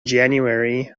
january